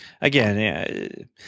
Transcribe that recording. Again